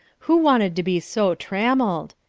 who wanted to be so trammelled!